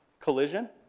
collision